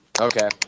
Okay